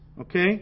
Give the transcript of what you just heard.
okay